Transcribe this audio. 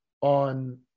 on